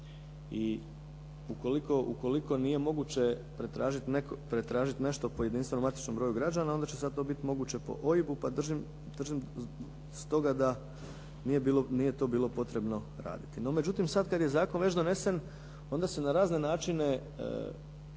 i ukoliko nije moguće pretražiti nešto po jedinstvenom matičnom broju, onda će sad to bit moguće po OIB-u pa držim stoga nije to bilo potrebno raditi. No međutim, sad kad je zakon već donesen, onda se na razine načine